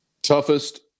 Toughest